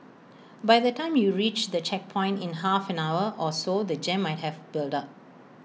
by the time you reach the checkpoint in half an hour or so the jam might have built up